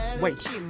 wait